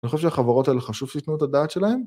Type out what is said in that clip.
אני חושב שהחברות האלה חשוב שיתנו את הדעת שלהן.